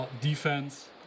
defense